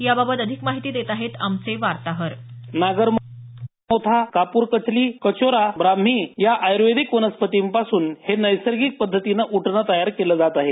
याबाबत अधिक माहिती देत आहेत आमचे वार्ताहर नागरमोथा कापूर कचली कचोरा ब्राम्ही या आयूर्वेदिक वनस्पतींपासून हे नैसर्गिक पद्धतीनं उटणं तयार केलं जात आहे